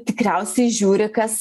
tikriausiai žiūri kas